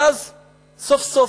ואז, סוף-סוף,